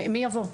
מי יבוא?